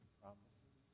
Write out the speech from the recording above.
promises